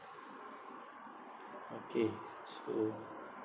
okay so